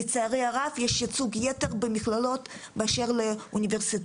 לצערי הקרב יש ייצוג יתר במכללות מאשר באוניברסיטאות.